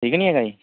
ਠੀਕ ਨਹੀਂ ਹੈਗਾ ਜੀ